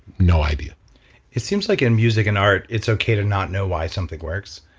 no idea it seems like in music and art, it's okay to not know why something works.